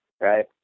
right